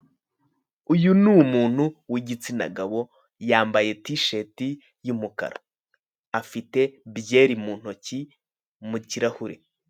Uyu ni umuntu w'igitsina gabo, yambaye tisheti y'umukara. Afite byeri mu ntoki, mu kirahure.